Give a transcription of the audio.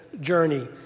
journey